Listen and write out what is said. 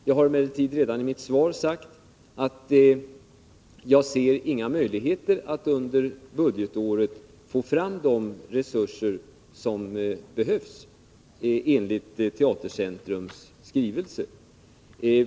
Jag har emellertid redan i mitt svar sagt att jag inte ser några möjligheter att under budgetåret få fram de resurser som enligt Teatercentrums skrivelse behövs.